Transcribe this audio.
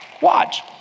watch